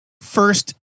first